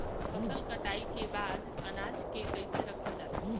फसल कटाई के बाद अनाज के कईसे रखल जाला?